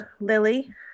Lily